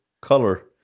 color